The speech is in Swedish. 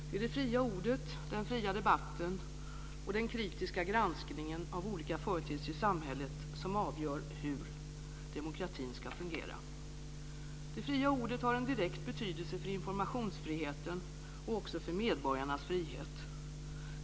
Det är det fria ordet, den fria debatten och den kritiska granskningen av olika företeelser i samhället som avgör hur demokratin ska fungera. Det fria ordet har en direkt betydelse för informationsfriheten och också för medborgarnas frihet.